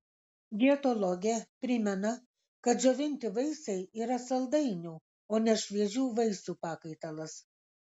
dietologė primena kad džiovinti vaisiai yra saldainių o ne šviežių vaisių pakaitalas